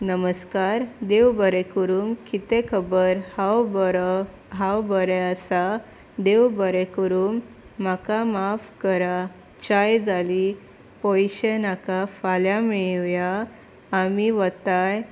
नमस्कार देव बरें करूं कितें खबर हांव बरो हांव बरें आसा देव बरें करूं म्हाका माफ करा चाय जाली पयशे नाका फाल्यां मेळुया आमी वता